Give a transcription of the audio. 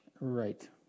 Right